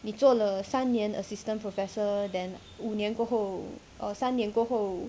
你做了三年 assistant professor than 五年过后 or 三年过后